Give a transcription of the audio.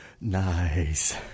Nice